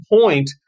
point